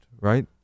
right